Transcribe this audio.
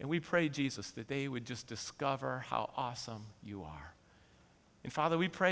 and we pray jesus that they would just discover how awesome you are in father we pray